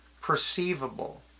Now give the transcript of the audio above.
perceivable